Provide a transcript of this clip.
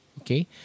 Okay